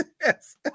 yes